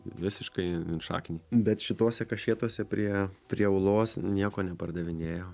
visiškai šaknį bet šitose kašėtose prie prie ūlos nieko nepardavinėjo